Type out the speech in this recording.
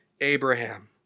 Abraham